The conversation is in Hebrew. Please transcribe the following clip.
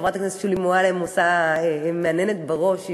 חברת הכנסת שולי מועלם מהנהנת בראש.